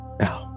now